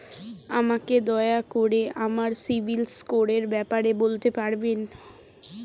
আমাকে দয়া করে আমার সিবিল স্কোরের ব্যাপারে বলতে পারবেন?